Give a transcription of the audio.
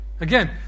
Again